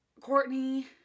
Courtney